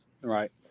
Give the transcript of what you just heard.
Right